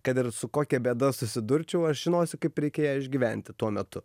kad ir su kokia bėda susidurčiau aš žinosiu kaip reikia ją išgyventi tuo metu